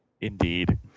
Indeed